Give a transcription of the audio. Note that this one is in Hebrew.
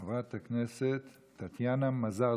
חברת הכנסת טטיאנה מזרסקי,